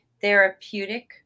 therapeutic